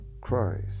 Christ